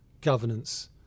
governance